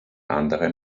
andere